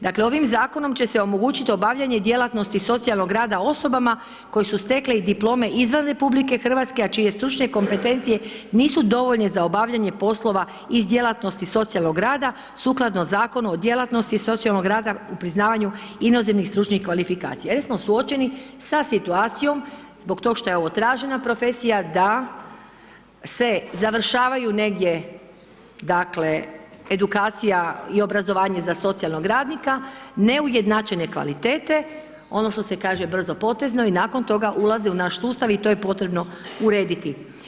Dakle ovim zakonom će se omogućiti obavljanje djelatnosti socijalnog rada osobama koje su stekle i diplome izvan RH a čije stručne kompetencije nisu dovoljne za obavljanje poslova iz djelatnosti socijalnog rada sukladno Zakonu o djelatnosti socijalnog rada u priznavanju inozemnih stručnih kvalifikacija jer smo suočeni sa situacijom zbog toga što je ovo tražena profesija da se završavaju negdje dakle edukacija i obrazovanje za socijalnog radnika neujednačene kvalitete, ono što se kaže brzopotezno i nakon toga ulaze u naš sustav i to je potrebno urediti.